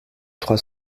trois